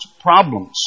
problems